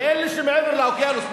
ואלה שמעבר לאוקיינוס,